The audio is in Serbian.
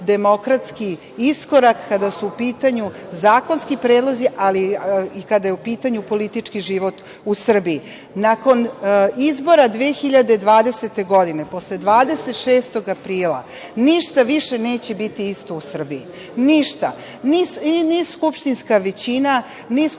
demokratski iskorak kada su u pitanju zakonski predlozi, ali i kada je u pitanju politički život u Srbiji. Nakon izbora 2020. godine, posle 26. aprila, ništa više neće biti isto u Srbiji, ništa, ni skupštinska većina, ni skupštinska